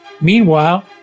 Meanwhile